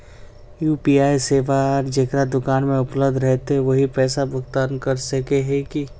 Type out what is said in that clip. UPI सेवाएं जेकरा दुकान में उपलब्ध रहते वही पैसा भुगतान कर सके है की?